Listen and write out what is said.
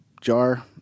jar